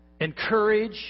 encourage